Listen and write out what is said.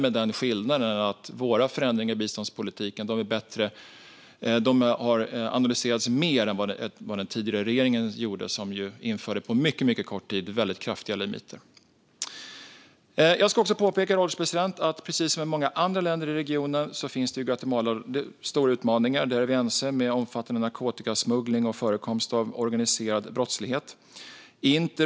Skillnaden är möjligen att våra förändringar av biståndspolitiken har analyserats mer än den tidigare regeringens. Den tidigare regeringen införde på mycket kort tid väldigt kraftiga limiter. Jag ska också påpeka, herr ålderspresident, att precis som i många andra länder i regionen finns det i Guatemala stora utmaningar med omfattande narkotikasmuggling och förekomst av organiserad brottslighet. Där är vi ense.